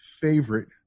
favorite